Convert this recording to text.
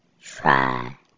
try